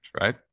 right